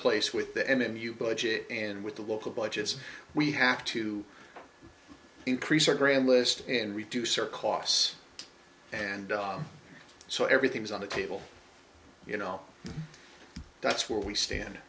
place with that and you budget and with the local budgets we have to increase our grand list and reduce our costs and dollars so everything's on the table you know that's where we stand